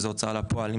אם זה הוצאה לפועל,